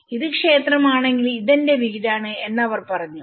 ഇത് ക്ഷേത്രമാണെങ്കിൽ ഇത് എന്റെ വീടാണ് എന്ന് അവർ പറഞ്ഞു